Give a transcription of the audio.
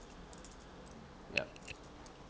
ya